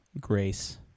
grace